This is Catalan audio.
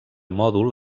mòdul